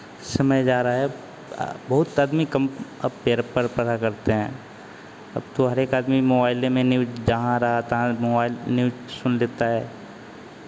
समय जा रहा है अब बहुत आदमी कम अब पेपर पढ़ा करते हैं अब तो हरेक आदमी मोबाइले में न्यूज़ जहाँ रहा तहाँ मोबाइल न्यूज़ सुन लेता है